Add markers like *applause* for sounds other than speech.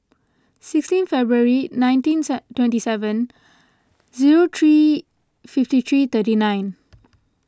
sixteen February nineteen *unintelligible* twenty seven zero three fifty three thirty nine